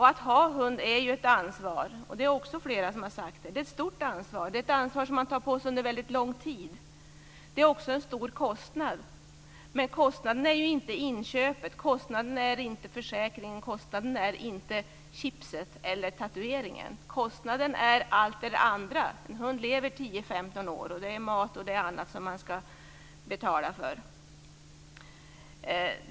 Att ha hund är ett ansvar, vilket också flera har sagt här. Det är ett stort ansvar, ett ansvar som man tar på sig under väldigt lång tid. Det är också en stor kostnad, men den stora kostnaden är inte inköpet, försäkringen, chipet eller tatueringen. Kostnaden är allt det andra. En hund lever 10-15 år. Det är mat och annat som man ska betala för.